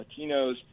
Latinos